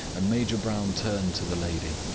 and major brown turned to the lady.